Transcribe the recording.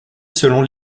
selon